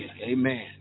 amen